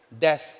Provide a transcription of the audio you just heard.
death